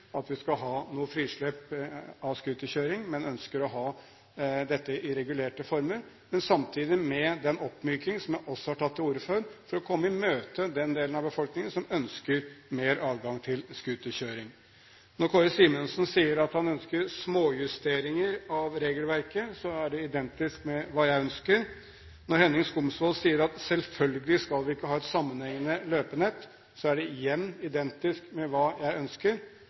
at vi skal ha noe frislepp av scooterkjøring, men som ønsker å ha dette i regulerte former – og den oppmykningen som jeg også har tatt til orde for, for å komme i møte den delen av befolkningen som ønsker mer adgang til scooterkjøring. Kåre Simensen sier at han ønsker småjusteringer av regelverket, og det er identisk med hva jeg ønsker. Henning Skumsvoll sier at selvfølgelig skal vi ikke ha et sammenhengende løypenett, og det er – igjen – identisk med hva jeg ønsker.